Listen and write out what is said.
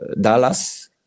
Dallas